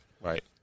right